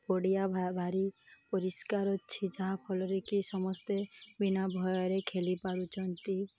ପଡ଼ିଆ ଭାରି ପରିଷ୍କାର ଅଛି ଯାହାଫଳରେ କି ସମସ୍ତେ ବିନା ଭୟରେ ଖେଳି ପାରୁଛନ୍ତି